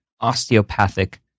osteopathic